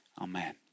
Amen